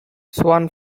swan